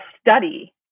study